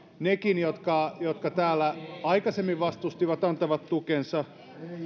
nekin jotka jotka täällä aikaisemmin vastustivat antavat tukensa